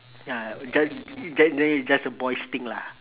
ya just is just a boys' thing lah